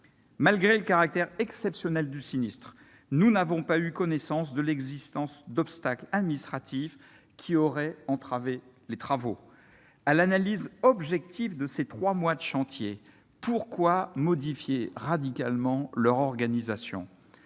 Malgré le caractère exceptionnel du sinistre, nous n'avons pas eu connaissance d'un quelconque obstacle administratif ayant entravé les travaux. Face à l'analyse objective de ces trois mois de chantier, pourquoi modifier radicalement leur organisation ?